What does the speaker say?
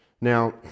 Now